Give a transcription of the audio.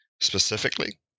Specifically